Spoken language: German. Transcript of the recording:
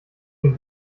den